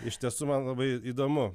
iš tiesų man labai įdomu